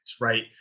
right